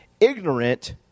ignorant